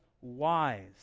wise